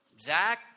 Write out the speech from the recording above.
Zach